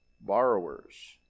borrowers